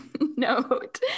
note